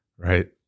Right